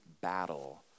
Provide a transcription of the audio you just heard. battle